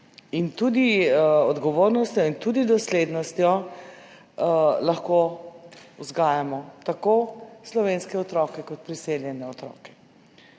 in tudi odgovornostjo in tudi doslednostjo lahko vzgajamo tako slovenske otroke kot priseljene otroke.